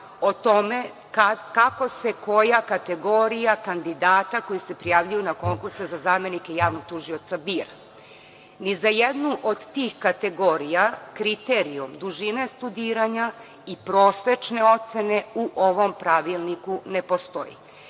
o tome kako se koja kategorija kandidata koji se prijavljuju na konkurse za zamenike javnog tužioca bira. Ni za jednu od tih kategorija kriterijum dužine studiranja i prosečne ocene u ovom pravilniku ne postoji.